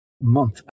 month